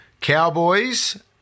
Cowboys